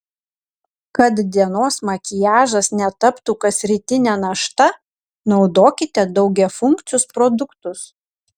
kad dienos makiažas netaptų kasrytine našta naudokite daugiafunkcius produktus